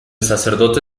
sacerdote